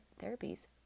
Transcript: therapies